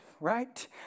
right